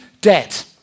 debt